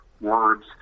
words